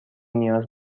نیاز